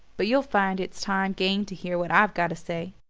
but you'll find it's time gained to hear what i've got to say.